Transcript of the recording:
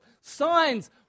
signs